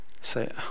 Say